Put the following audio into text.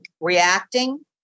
reacting